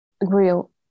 grill